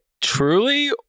truly